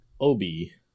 Obi